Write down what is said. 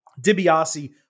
DiBiase